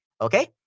Okay